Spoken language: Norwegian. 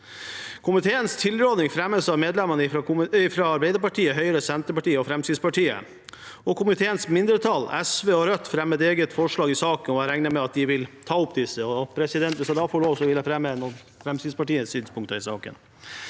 Komiteens tilråding fremmes av medlemmene fra Arbeiderpartiet, Høyre, Senterpartiet og Fremskrittspartiet. Komiteens mindretall, SV og Rødt, fremmer egne forslag i saken, og jeg regner med at de vil ta opp disse. Hvis jeg da får lov, vil jeg fremme Fremskrittspartiets synspunkter i saken.